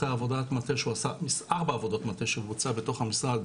אחרי ארבע עבודות מטה שהוא ביצע בתוך המשרד,